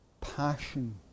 Passion